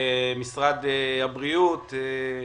משרד הבריאות,